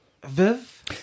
Viv